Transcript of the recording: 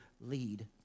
lead